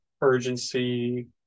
urgency